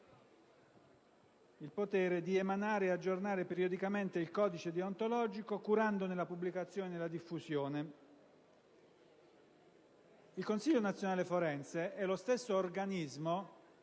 Il Consiglio nazionale forense è lo stesso organismo